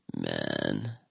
Man